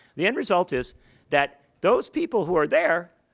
the end result is that those people who are there,